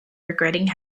regretting